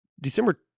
December